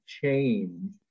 change